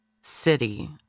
city